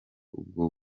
ubwo